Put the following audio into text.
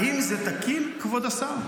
האם זה תקין, כבוד השר?